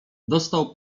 dostał